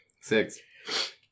Six